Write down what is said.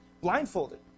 Blindfolded